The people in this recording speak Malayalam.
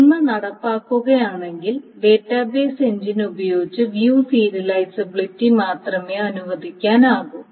ഒന്ന് നടപ്പിലാക്കുകയാണെങ്കിൽ ഡാറ്റാബേസ് എഞ്ചിൻ ഉപയോഗിച്ച് വ്യൂ സീരിയലിസബിലിറ്റി മാത്രമേ അനുവദിക്കാനാകൂ